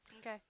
Okay